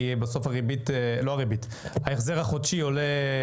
כי בסוף ההחזר החודשי עולה.